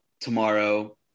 tomorrow